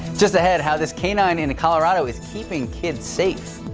just ahead, how this canine in colorado is keeping kids safe.